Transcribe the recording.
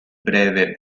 breve